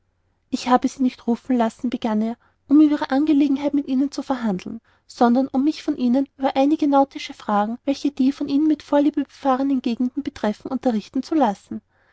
ich habe sie nicht rufen lassen begann er um über ihre angelegenheit mit ihnen zu verhandeln sondern um mich von ihnen über einige nautische fragen welche die von ihnen mit vorliebe befahrenen gegenden betreffen unterrichten zu lassen